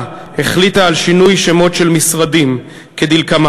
החליטה על שינוי שמות של משרדים כדלקמן: